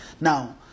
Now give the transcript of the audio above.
Now